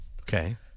Okay